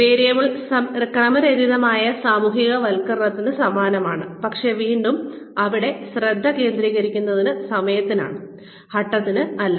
variable ക്രമരഹിതമായ സാമൂഹ്യവൽക്കരണത്തിന് സമാനമാണ് പക്ഷേ വീണ്ടും ഇവിടെ ശ്രദ്ധ കേന്ദ്രീകരിക്കുന്നത് സമയത്തിനാണ് ഘട്ടങ്ങളിലല്ല